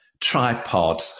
tripod